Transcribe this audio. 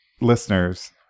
Listeners